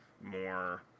more